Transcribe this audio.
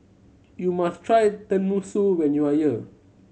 you must try Tenmusu when you are here